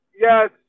yes